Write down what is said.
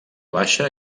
baixa